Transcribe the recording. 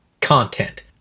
content